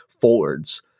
Ford's